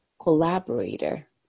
collaborator